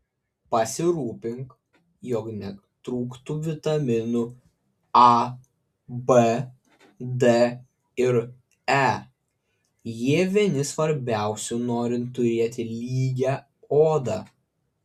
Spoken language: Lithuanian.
pasirūpink jog netrūktų vitaminų a b d ir e jie vieni svarbiausių norint turėti lygią odą